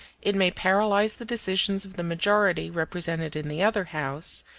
it may paralyze the decisions of the majority represented in the other house,